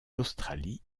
australie